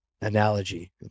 analogy